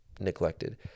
neglected